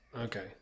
Okay